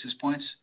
points